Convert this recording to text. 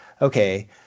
okay